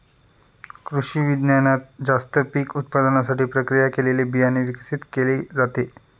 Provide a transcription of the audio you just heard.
कृषिविज्ञानात जास्त पीक उत्पादनासाठी प्रक्रिया केलेले बियाणे विकसित केले जाते